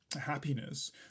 happiness